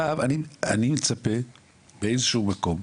באיזשהו מקום,